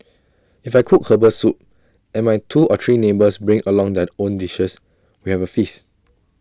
if I cook Herbal Soup and my two or three neighbours bring along their own dishes we have A feast